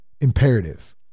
imperative